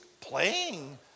playing